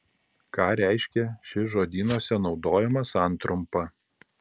ką reiškia ši žodynuose naudojama santrumpa